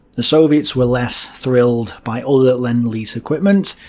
the soviets were less thrilled by other lend lease equipment,